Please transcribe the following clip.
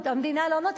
המדינה לא לוקחת אחריות.